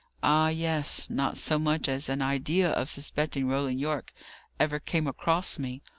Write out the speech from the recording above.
ah, yes. not so much as an idea of suspecting roland yorke ever came across me.